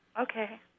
Okay